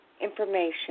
information